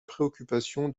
préoccupation